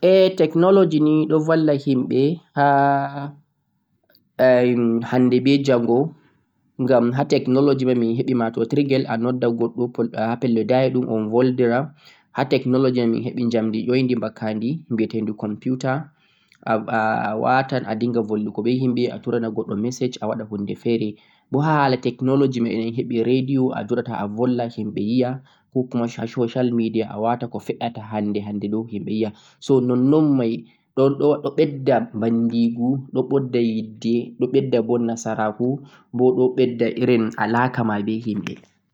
Technology nii ɗon valla himɓe haa kude je hande be jango, ngam ha technology mai en hèɓe matotirgel a nudda goɗɗo on vulda, ha technology en heɓè computer, ha ta technology en heɓè radio je nanugo habaruje duniyaru.